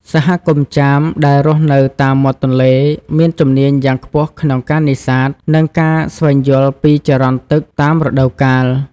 សហគមន៍ចាមដែលរស់នៅតាមមាត់ទន្លេ មានជំនាញយ៉ាងខ្ពស់ក្នុងការនេសាទ និងការស្វែងយល់ពីចរន្តទឹកតាមរដូវកាល។